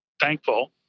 thankful